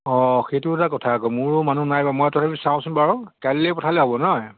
অঁ সেইটো এটা কথা আকৌ মোৰো মানুহ নাই বাৰু মই তথাপিও চাওচোন বাৰু কাইলৈ পঠালে হ'ব নহয়